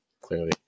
clearly